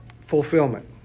fulfillment